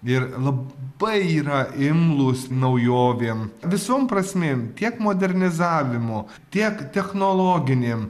ir labai yra imlūs naujovėm visom prasmėm tiek modernizavimo tiek technologinėm